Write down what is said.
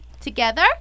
Together